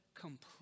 Complete